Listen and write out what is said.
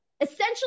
essentially